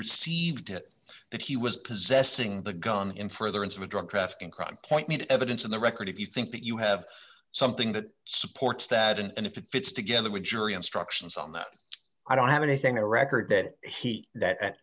received it that he was possessing the gun in furtherance of a drug trafficking crime can't meet evidence in the record if you think that you have something that supports that and if it fits together with jury instructions on that i don't have anything to record that he that